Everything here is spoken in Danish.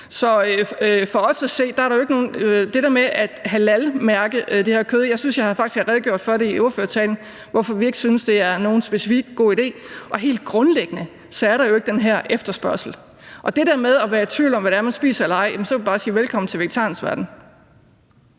generelt. Det der med at halalmærke det her kød synes jeg faktisk jeg har redegjort for i ordførertalen, altså hvorfor vi ikke synes det specifikt er nogen god idé; og helt grundlæggende er der jo ikke den her efterspørgsel. Til det der med at være i tvivl om, hvad det er, man spiser eller ej, vil jeg bare sige: Velkommen til vegetarernes verden.